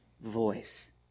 voice